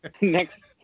Next